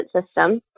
system